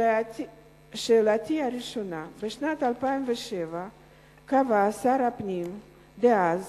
שאלתי הראשונה: בשנת 2007 קבע שר הפנים דאז,